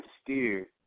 steer